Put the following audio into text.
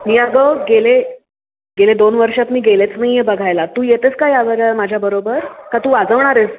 मी अगं गेले गेले दोन वर्षात मी गेलेच नाही आहे बघायला तू येते आहेस का यावर माझ्याबरोबर का तू वाजवणार आहेस